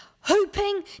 hoping